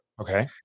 Okay